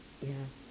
ya